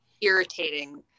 irritating